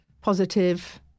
positive